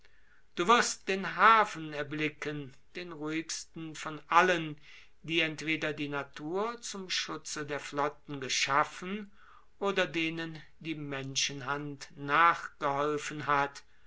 du wirst den hafen erblicken den ruhigsten von allen die entweder die natur zum schutze der flotten geschaffen oder denen die menschenhand nachgeholfen hat